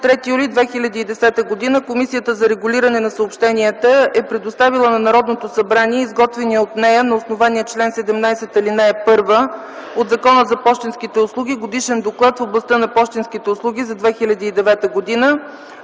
23 юли 2010 г. Комисията за регулиране на съобщенията е предоставила на Народното събрание изготвения от нея на основание чл. 17, ал. 1 от Закона за пощенските услуги Годишен доклад в областта на пощенските услуги за 2009 г.